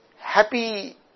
happy